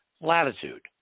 latitude